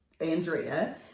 Andrea